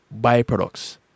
byproducts